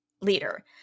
leader